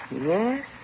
Yes